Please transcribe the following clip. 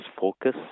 focus